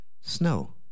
snow